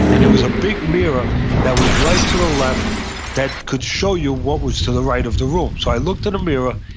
and there was a big mirror that was right to the left that could show you what was to the right of the room. so i looked in the mirror,